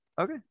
Okay